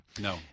No